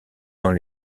dans